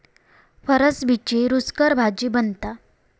फरसबीची रूचकर भाजी बनता